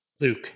Luke